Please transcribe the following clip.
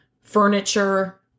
furniture